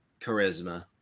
charisma